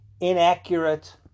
inaccurate